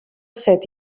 set